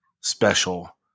special